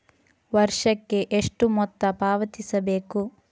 ವರ್ಷಕ್ಕೆ ಎಷ್ಟು ಮೊತ್ತ ಪಾವತಿಸಬೇಕು?